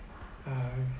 err